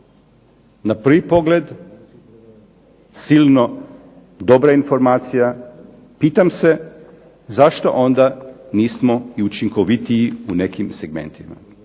Na prvi pogled silno dobra informacija, pitam se zašto onda nismo i učinkovitiji u nekim segmentima?